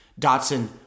Dotson